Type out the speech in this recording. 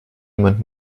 jemand